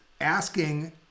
asking